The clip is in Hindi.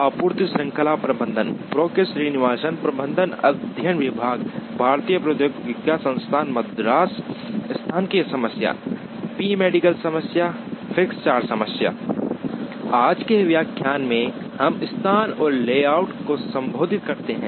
आज के व्याख्यान में हम स्थान और लेआउट को संबोधित करते हैं